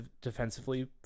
defensively